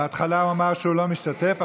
בהתחלה הוא אמר שהוא לא משתתף.